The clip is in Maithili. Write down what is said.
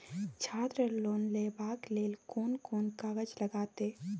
छात्र लोन लेबाक लेल कोन कोन कागज लागतै?